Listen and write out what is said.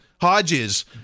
Hodges